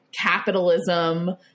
capitalism